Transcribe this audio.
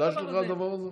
זה חדש לך, הדבר הזה?